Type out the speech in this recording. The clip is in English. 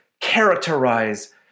characterize